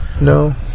No